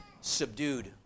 subdued